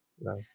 No